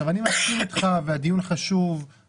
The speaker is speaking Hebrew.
אני מסכים איתך והדיון חשוב,